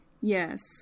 Yes